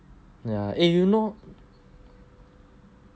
ya eh you know